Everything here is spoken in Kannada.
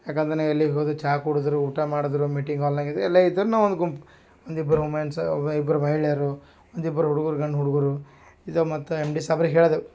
ಯಾಕಂದರೆ ನಾ ಎಲ್ಲಿಗೆ ಹೋದೆ ಚಾ ಕುಡಿದ್ರು ಊಟ ಮಾಡಿದ್ರು ಮೀಟಿಂಗ್ ಹಾಲ್ನಾಗೆ ಇದು ಎಲ್ಲೆ ಇದ್ರು ನಾವು ಒಂದು ಗುಂಪು ಒಂದು ಇಬ್ರು ಉಮೆನ್ಸ್ ಇಬ್ರು ಮಹಿಳೆರು ಒಂದು ಇಬ್ರು ಹುಡ್ಗರು ಗಂಡು ಹುಡುಗರು ಇದು ಮತ್ತು ಎಮ್ ಡಿ ಸಾಬ್ರಿಗ್ ಹೇಳ್ದೆವು